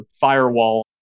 firewall